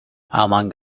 among